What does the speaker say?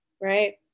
right